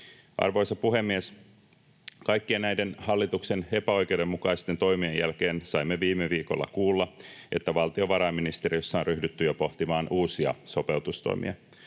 Arvoisa puhemies! Kaikkien näiden hallituksen epäoikeudenmukaisten toimien jälkeen saimme viime viikolla kuulla, että valtiovarainministeriössä on ryhdytty jo pohtimaan uusia sopeutustoimia.